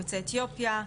יוצאי אתיופיה,